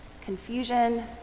Confusion